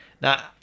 Now